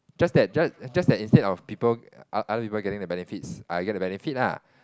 just that just just that instead of people other people getting the benefits I get the benefit lah